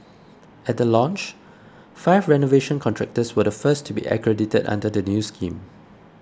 at the launch five renovation contractors were the first to be accredited under the new scheme